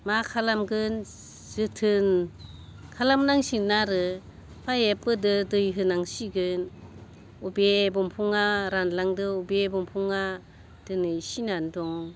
मा खालामगोन जोथोन खालामनांसिगोन आरो पाइपफोरजों दै होनांसिगोन अबे दंफाङा रानलांदों अबे दंफाङा दिनै सिनानै दं